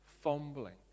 fumbling